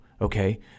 Okay